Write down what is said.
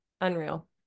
Unreal